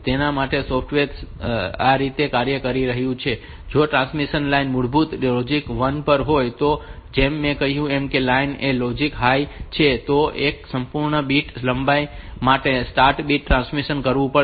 તેના માટે સોફ્ટવેર આ રીતે કાર્ય કરી રહ્યું હોય છે કે જો ટ્રાન્સમિશન લાઇન મૂળભૂત રીતે લોજિક 1 પર હોય તો જેમ મેં કહ્યું છે કે લાઇન એ લોજિક હાઇ છે તો તેને એક સંપૂર્ણ બીટ લંબાઈ માટે સ્ટાર્ટ બીટ ટ્રાન્સમિટ કરવું પડશે